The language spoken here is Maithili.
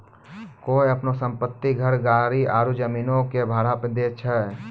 कोय अपनो सम्पति, घर, गाड़ी आरु जमीनो के भाड़ा पे दै छै?